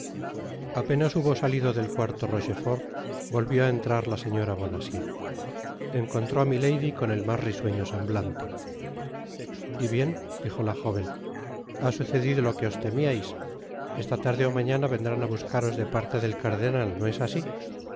apenas hubo salido dei cuarto rochefort volvió á entrar la señora bonacieux encontró á milady con el mas risueño semblante y bien dijo la jóven ha sucedido lo que os temiais esta tarde ó mañana vendrán á buscaros de parte del cardenal no es asi